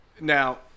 Now